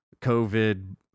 COVID